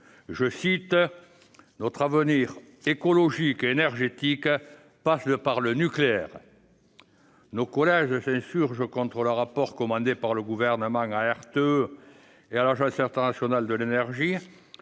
:« Notre avenir écologique et énergétique passe par le nucléaire. » Nos collègues s'insurgent contre le rapport commandé par le Gouvernement à RTE et à l'Agence internationale de l'énergie